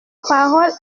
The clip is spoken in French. parole